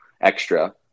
extra